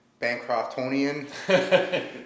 Bancroftonian